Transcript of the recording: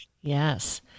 Yes